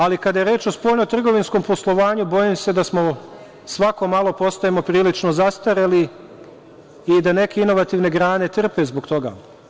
Ali, kada je reč o spoljno-trgovinskom poslovanju, bojim se da svako malo postajemo prilično zastareli i da neke inovativne grane trpe zbog toga.